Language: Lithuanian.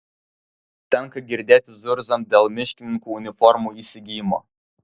tenka girdėti zurzant dėl miškininkų uniformų įsigijimo